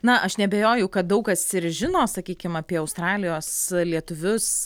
na aš neabejoju kad daug kas ir žino sakykim apie australijos lietuvius